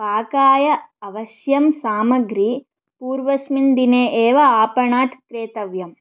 पाकाय अवश्यं सामग्री पूर्वस्मिन् दिने एव आपणात् क्रेतव्यम्